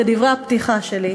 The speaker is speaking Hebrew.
כדברי הפתיחה שלי,